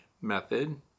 method